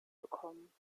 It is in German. bekommen